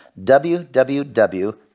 www